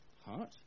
Heart